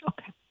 Okay